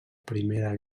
primera